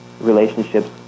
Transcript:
relationships